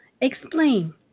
explain